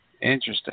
Interesting